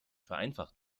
vereinfacht